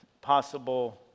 possible